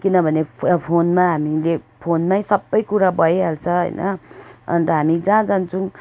किनभने फोनमा हामीले फोनमै सबै कुरा भइहाल्छ होइन अन्त हामी जहाँ जान्छौँ